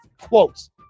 quotes